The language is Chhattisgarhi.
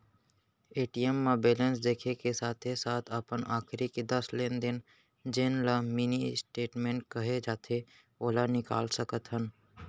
ए.टी.एम म बेलेंस देखे के साथे साथ अपन आखरी के दस लेन देन जेन ल मिनी स्टेटमेंट कहे जाथे ओला निकाल सकत हन